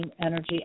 energy